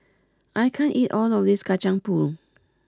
I can't eat all of this Kacang Pool